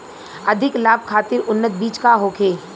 अधिक लाभ खातिर उन्नत बीज का होखे?